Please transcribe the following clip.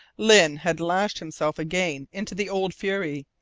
lyne had lashed himself again into the old fury,